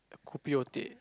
kopi or teh